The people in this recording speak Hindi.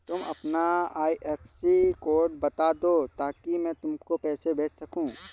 तुम अपना आई.एफ.एस.सी कोड बता दो ताकि मैं तुमको पैसे भेज सकूँ